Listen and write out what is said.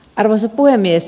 arvoisa puhemies